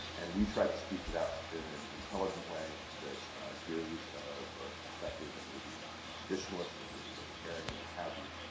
and we try to speak to that in an intelligent way that gives a perspective that may be traditionalists that may be libertarian what have you.